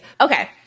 okay